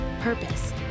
purpose